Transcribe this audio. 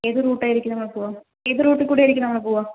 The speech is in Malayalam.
ഏത് റൂട്ടായിരിക്കും നമ്മള് പോവുക ഏത് റൂട്ടിൽ കൂടെയായിരിക്കും നമ്മള് പോവുക